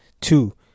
Two